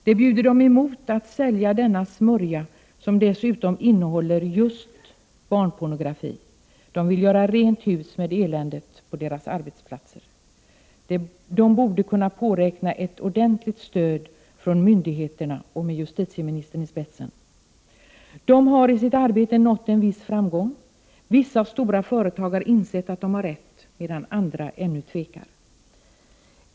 Det bjuder dem emot att sälja denna smörja som dessutom innehåller just barnpornografi, och de vill göra rent hus med eländet på sina arbetsplatser. De borde kunna påräkna ett ordentligt stöd från myndigheterna med justitieministern i spetsen. Handelsanställdas förbund har nått en viss framgång i sitt arbete. Vissa stora företag har insett att förbundet har rätt, medan andra fortfarande tvekar.